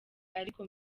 ariko